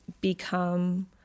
become